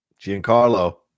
Giancarlo